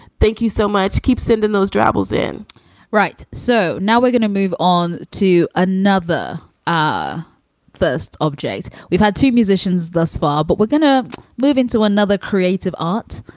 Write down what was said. thank you so much. keep sending those travels in right. so now we're gonna move on to another ah first object we've had two musicians thus far, but we're going to move into another creative art.